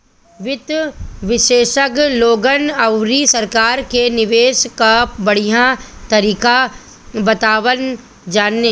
वित्त विशेषज्ञ लोगन अउरी सरकार के निवेश कअ बढ़िया तरीका बतावत बाने